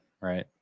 right